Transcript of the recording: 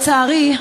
לצערי,